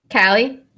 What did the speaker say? Callie